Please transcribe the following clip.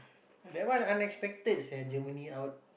that one unexpected sia Germany out